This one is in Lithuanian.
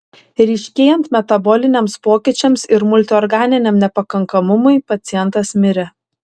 ryškėjant metaboliniams pokyčiams ir multiorganiniam nepakankamumui pacientas mirė